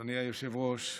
אדוני היושב-ראש,